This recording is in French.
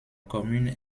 commune